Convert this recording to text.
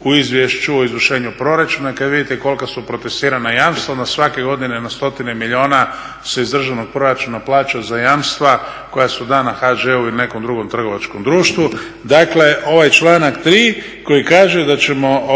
u Izvješću o izvršenju proračuna i kad vidite kolika su protestirana jamstva onda svake godine na stotine milijuna se iz državnog proračuna plaća za jamstva koja su dana HŽ-u i nekom drugom trgovačkom društvu. Dakle, ovaj članak 3. koji kaže da ćemo